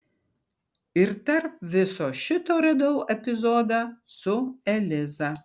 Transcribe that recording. ir tarp viso šito radau epizodą su eliza